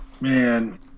Man